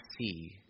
see